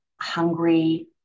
hungry